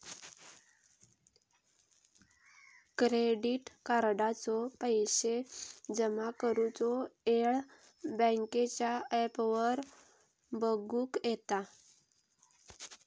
credit कार्डाचो पैशे जमा करुचो येळ बँकेच्या ॲपवर बगुक येता